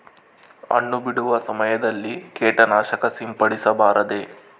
ಹಣ್ಣು ಬಿಡುವ ಸಮಯದಲ್ಲಿ ಕೇಟನಾಶಕ ಸಿಂಪಡಿಸಬಾರದೆ?